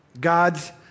God's